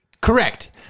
Correct